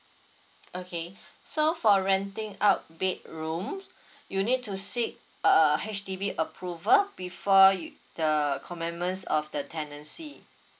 okay so for renting out bedroom you need to seek uh H_D_B approval before y~ the commandments of the tenancy